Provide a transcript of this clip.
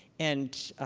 and